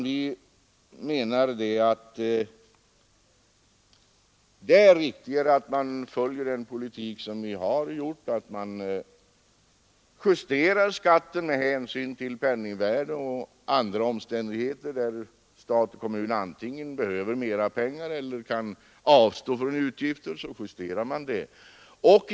Vi menar att det är riktigare att man följer den politik som vi hittills fört och justerar skatten med hänsyn till penningvärdets förändringar och andra omständigheter. Allteftersom stat och kommun antingen behöver mera pengar eller kan avstå från utgifter justerar man alltså skatten.